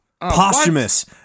Posthumous